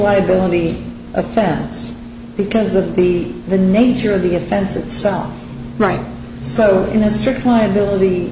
liability offense because of the the nature of the offense itself right so in a strict liability